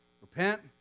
repent